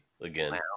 again